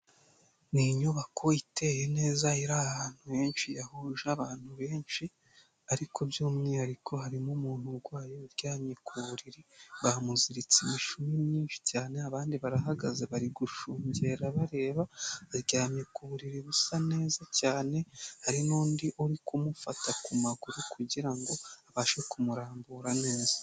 Ni inyubako iteye neza iri ahantu henshi yahuje abantu benshi, ariko by'umwihariko harimo umuntu urwaye uryamye ku buriri bamuziritse imishumi myinshi cyane abandi barahagaze bari gushungera bareba, aryamye ku buriri busa neza cyane, hari n'undi uri kumufata ku maguru kugira ngo abashe kumurambura neza.